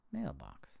Mailbox